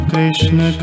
Krishna